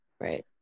right